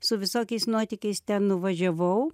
su visokiais nuotykiais ten nuvažiavau